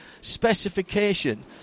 specification